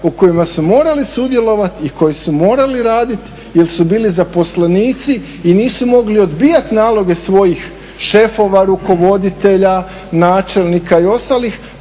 u kojima su morali sudjelovati i koji su morali raditi jer su bili zaposlenici i nisu mogli odbijati naloge svojih šefova, rukovoditelja, načelnika i ostalih,